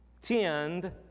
Tend